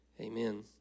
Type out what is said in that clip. Amen